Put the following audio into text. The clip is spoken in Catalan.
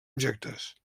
objectes